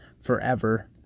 forever